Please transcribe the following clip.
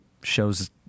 shows